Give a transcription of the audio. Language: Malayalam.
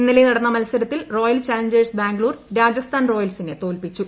ഇന്നലെ നടന്ന മത്സരത്തിൽ റോയൽ ചലഞ്ചേഴ്സ് ബാംഗ്ലൂർ രാജസ്ഥാൻ റോയൽസിനെ തോൽപിച്ചു